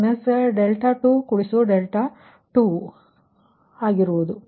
ಆದ್ದರಿಂದ ಈ 2 2 ರದ್ದುಗೊಳಿಸಲಾಗುತ್ತವೆ